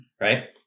right